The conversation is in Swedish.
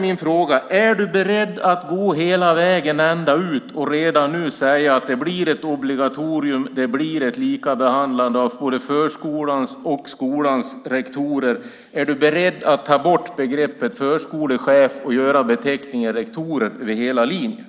Min fråga är: Är ministern beredd att gå hela vägen ända ut och redan nu säga att det blir ett obligatorium och därmed ett likabehandlande av förskolans och skolans rektorer? Är ministern beredd att ta bort begreppet "förskolechef" och ge beteckningen "rektor" över hela linjen?